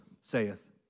saith